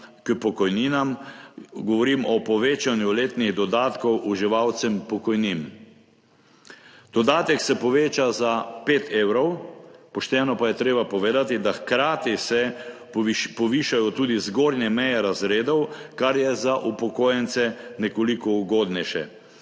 k pokojninam. Govorim o povečanju letnih dodatkov uživalcem pokojnin. Dodatek se poveča za 5 evrov, pošteno pa je treba povedati, da se hkrati povišajo tudi zgornje meje razredov, kar je za upokojence nekoliko ugodnejše.